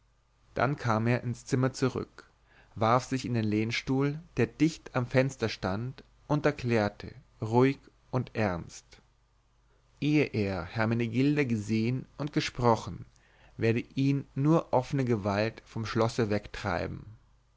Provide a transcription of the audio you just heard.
dann kam er ins zimmer zurück warf sich in den lehnstuhl der dicht am fenster stand und erklärte ruhig und ernst ehe er hermenegilda gesehen und gesprochen werde ihn nur offne gewalt vom schlosse wegtreiben